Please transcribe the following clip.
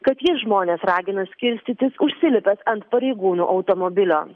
kad ji žmones ragina skirstytis užsilipęs ant pareigūnų automobilio